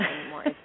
anymore